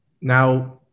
Now